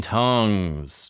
tongues